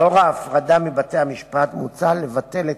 לאור ההפרדה מבתי-המשפט מוצע לבטל את